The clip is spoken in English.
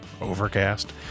overcast